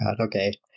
Okay